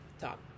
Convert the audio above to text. talk